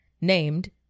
named